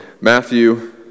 Matthew